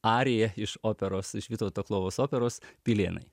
arija iš operos iš vytauto klovos operos pilėnai